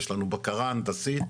יש לנו בקרה הנדסית,